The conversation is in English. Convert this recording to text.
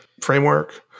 framework